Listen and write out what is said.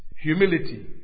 humility